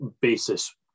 basis